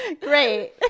Great